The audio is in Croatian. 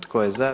Tko je za?